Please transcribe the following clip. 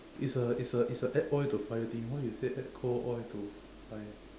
it's a it's a it's a add oil to fire thing why you say add cold oil to fire